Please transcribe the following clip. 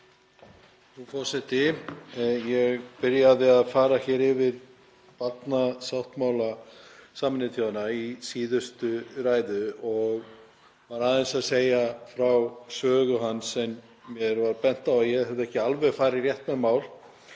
Frú forseti. Ég byrjaði að fara yfir barnasáttmála Sameinuðu þjóðanna í síðustu ræðu og var aðeins að segja frá sögu hans en mér var bent á að ég hefði ekki alveg farið rétt með mál.